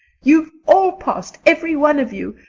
you've all passed, every one of you,